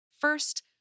First